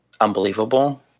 unbelievable